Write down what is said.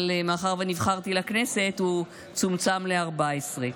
אבל מאחר ונבחרתי לכנסת הוא צומצם ל-14.